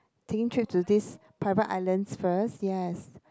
taking trip to these private islands first yes